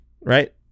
Right